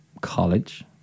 college